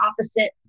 opposite